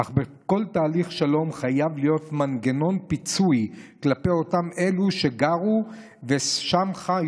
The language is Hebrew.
אך בכל תהליך שלום חייב להיות מנגנון פיצוי לאותם אלו שגרו וחיו שם,